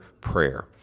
prayer